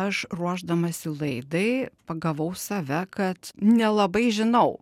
aš ruošdamasi laidai pagavau save kad nelabai žinau